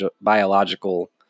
biological